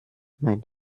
mein